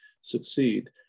succeed